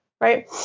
right